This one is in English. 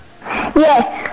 Yes